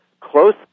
close